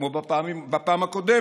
כמו בפעם הקודמת,